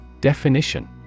Definition